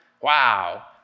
Wow